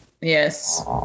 Yes